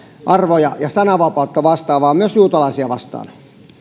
arvoja ja sananvapautta vastaan vaan myös juutalaisia vastaan